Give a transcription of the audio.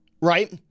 Right